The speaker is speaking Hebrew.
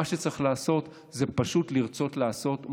מה שצריך לעשות זה פשוט לרצות לעשות.